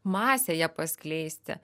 masėje paskleisti